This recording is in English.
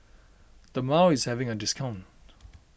Dermale is having a discount